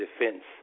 defense